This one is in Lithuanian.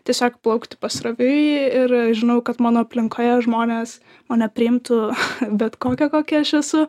tiesiog plaukti pasroviui ir žinau kad mano aplinkoje žmonės mane priimtų bet kokią kokia aš esu